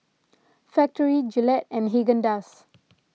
Factorie Gillette and Haagen Dazs